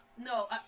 No